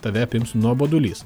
tave apims nuobodulys